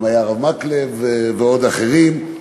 היה גם הרב מקלב, ועוד אחרים,